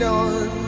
on